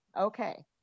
okay